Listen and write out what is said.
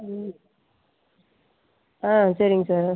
ம் ஆ சரிங்க சார்